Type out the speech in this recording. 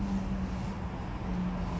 okay அடுத்த:adutha tip lah try பண்ணுவோம்:pannuvom